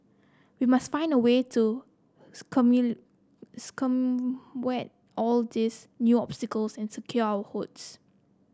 we must find a way to all these new obstacles and secure our votes